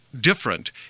different